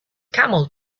camel